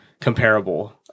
comparable